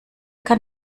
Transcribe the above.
kann